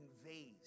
conveys